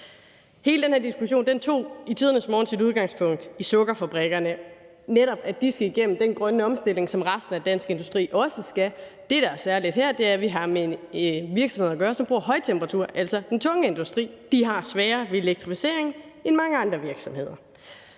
Hele den her diskussion tog i tidernes morgen sit udgangspunkt i, at sukkerfabrikkerne netop skal igennem den grønne omstilling, som resten af dansk industri også skal. Det, der er særligt her, er, at vi har med en virksomhed at gøre, som bruger høje temperaturer. Altså, den tunge industri har sværere ved elektrificering end mange andre virksomheder.